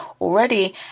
already